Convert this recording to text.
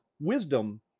Wisdom